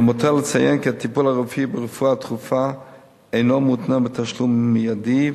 למותר לציין כי הטיפול הרפואי ברפואה דחופה אינו מותנה בתשלום מיידי,